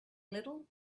little